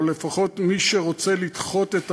או לפחות מי שרוצה לדחות את המלחמה,